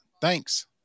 Thanks